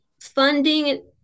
funding